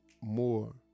more